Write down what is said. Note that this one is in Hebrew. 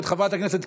(תיקון מס' 6),